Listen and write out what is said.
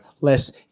less